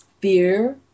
fear